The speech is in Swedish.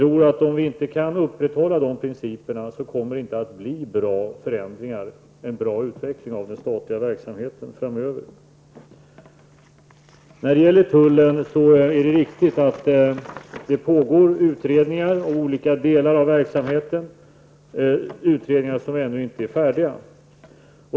Om vi inte kan upprätthålla dessa principer tror jag inte att det kommer att bli bra förändringar och en bra utveckling av den statliga verksamheten framöver. När det gäller tullen är det riktigt att det pågår utredningar om olika delar av verksamheten, utredningar som ännu inte är färdiga.